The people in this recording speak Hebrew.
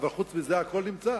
אבל חוץ מזה הכול נמצא.